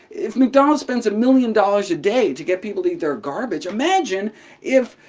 if mcdonald's spends a million dollars a day to get people to eat their garbage, imagine if,